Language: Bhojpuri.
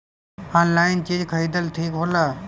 आनलाइन चीज खरीदल ठिक होला?